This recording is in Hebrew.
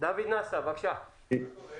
מדבר על "יצא להפסקה לפי אחד